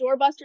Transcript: doorbuster